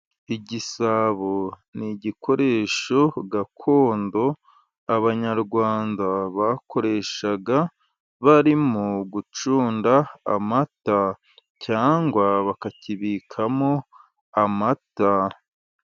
Igisabo ni igikoresho gakondo Abanyarwanda bakoreshaga barimo gucunda amata, cyangwa bakakibikamo amata.